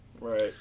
Right